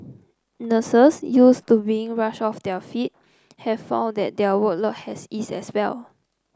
nurses used to being rushed off their feet have found that their workload has eased as well